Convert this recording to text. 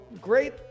great